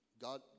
God